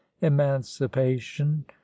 emancipation